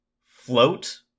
float